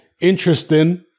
Interesting